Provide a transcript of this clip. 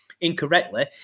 incorrectly